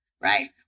Right